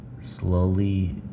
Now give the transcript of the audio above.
slowly